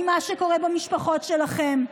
ממה שקורה במשפחות שלכם.